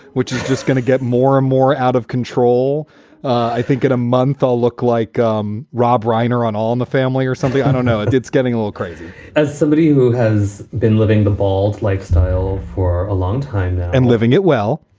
which is just gonna get more and more out of control i think in a month i'll look like um rob reiner on all in the family or something. i don't know if it's getting a little crazy as somebody who has been living the bald lifestyle for a long time and living it well,